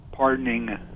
Pardoning